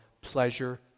pleasure